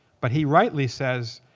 but he rightly says,